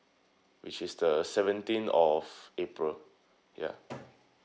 which is the seventeen of april ya